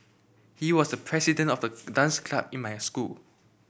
he was the president of the dance club in my school